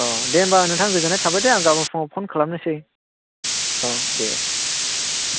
ओ दे होम्बा नोंथां गोजोननाय थाबाय दे आं गाबोन फुङाव फन खालामनायसै औ दे